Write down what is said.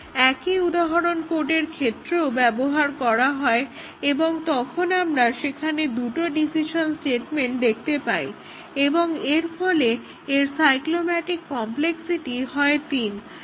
একই উদাহরণ কোডের ক্ষেত্রেও ব্যবহার করা হয় এবং তখন আমরা সেখানে দুটো ডিসিশন স্টেটমেন্ট দেখতে পাই এবং এরফলে এর সাইক্লোম্যাটিক কমপ্লেক্সিটি হয় 3